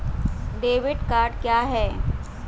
Debit card क्या है?